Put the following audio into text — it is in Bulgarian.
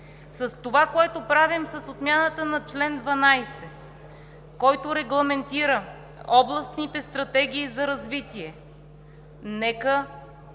С това, което правим, с отмяната на чл. 12, който регламентира областните стратегии за развитие – нека